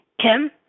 Kim